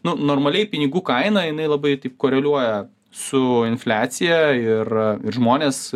nu normaliai pinigų kaina jinai labai taip koreliuoja su infliacija ir žmonės